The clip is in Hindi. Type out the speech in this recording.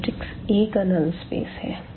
यह मेट्रिक्स A का नल्ल स्पेस है